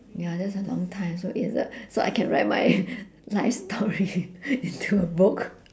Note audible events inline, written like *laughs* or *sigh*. ya that's a long time so it's a so I can write my *laughs* life story into a book